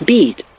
Beat